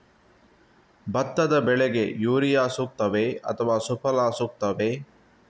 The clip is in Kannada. ಭತ್ತದ ಬೆಳೆಗೆ ಯೂರಿಯಾ ಸೂಕ್ತವೇ ಅಥವಾ ಸುಫಲ ಸೂಕ್ತವೇ?